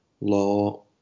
law